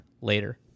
Later